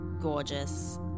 gorgeous